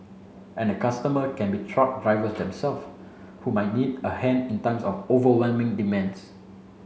and the customer can be truck drivers them self who might need a hand in times of overwhelming demands